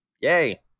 yay